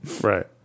Right